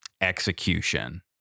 execution